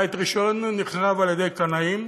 בית ראשון נחרב על-ידי קנאים